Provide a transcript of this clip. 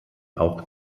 auch